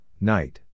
Night